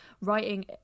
writing